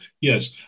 Yes